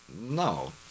No